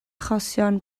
achosion